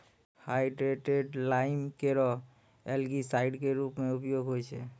hydrated lime केरो algicide क रूप म उपयोग होय छै